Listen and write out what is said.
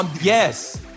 yes